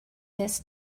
this